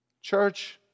church